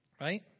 right